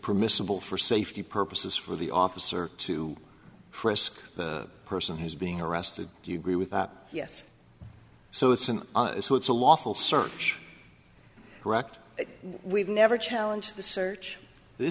permissible for safety purposes for the officer to frisk the person who's being arrested do you agree with that yes so it's an it's a lawful search correct we've never challenge the search this